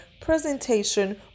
presentation